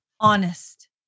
honest